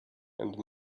and